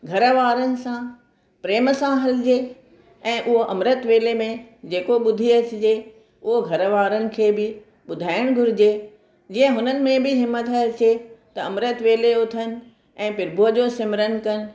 घर वारनि सां प्रेम सां हलिजे ऐं उहो अमृत वेले में जेको ॿुधी अचिजे उहो घर वारनि खे बि ॿुधायण घुर्जे जीअं हुननि में बि हिमथ अचे त अमृत वेले उथनि ऐं पिरभूअ जो सिमरनि कनि